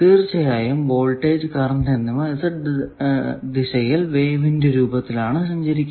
തീർച്ചയായും voltage current എന്നിവ Z ദിശയിൽ വേവിന്റെ രൂപത്തിൽ ആണ് സഞ്ചരിക്കുന്നത്